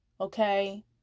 okay